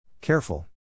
Careful